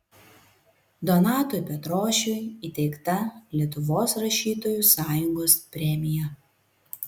donatui petrošiui įteikta lietuvos rašytojų sąjungos premija